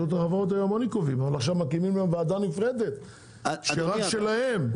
עכשיו מקימים להם ועדה נפרדת שרק שלהם.